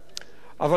אבל המאבק הזה,